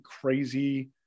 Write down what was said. crazy